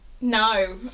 No